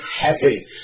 happy